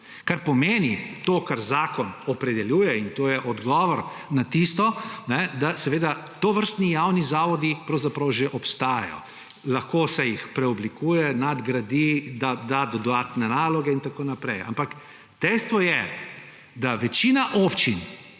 kar pomeni to, kar zakon opredeljuje. In to je odgovor na tisto, da tovrstni javni zavodi pravzaprav že obstajajo, lahko se jih preoblikuje, nadgradi, da dodatne naloge in tako naprej, ampak dejstvo je, da večina občin